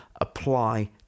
apply